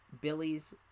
Billy's